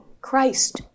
Christ